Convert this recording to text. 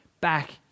back